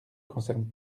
concerne